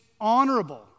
honorable